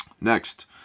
Next